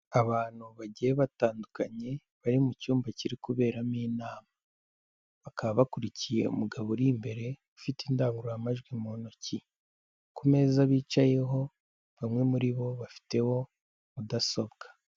Abantu bagiye batandukanye bari mu cyumba kirikuberamo inama. Bakaba bakurikiye umugabo uri imbere ufite indangururamajwi mu ntoki. Ku meza bicayeho bamwe muri bo bafiteho mudasobwa.